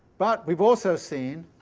but we've also seen,